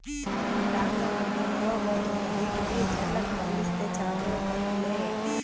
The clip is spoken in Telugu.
డామ్ ల నుండి మొరవబోతున్న నీటిని చెర్లకు మల్లిస్తే చాలు కరువు లే